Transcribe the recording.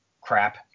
crap